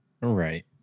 right